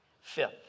Fifth